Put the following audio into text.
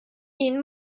این